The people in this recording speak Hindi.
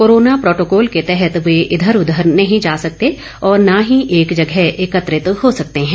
कोरोना प्रोटोकॉल के तहत वे इंघर उंघर नहीं जा सकते और न ही एक जगह एकत्रित हो सकते हैं